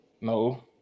No